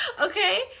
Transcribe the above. Okay